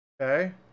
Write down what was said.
Okay